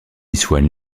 soigne